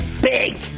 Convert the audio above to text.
big